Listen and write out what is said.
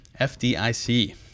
FDIC